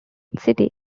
city